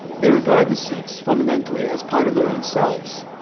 they regard the suits fundamentally as part of their own selves.